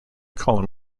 column